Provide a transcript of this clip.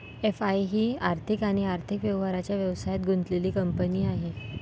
FI ही आर्थिक आणि आर्थिक व्यवहारांच्या व्यवसायात गुंतलेली कंपनी आहे